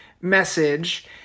message